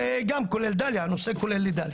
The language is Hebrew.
גם כולל דאליה, הנושא כולל את דאליה.